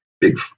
big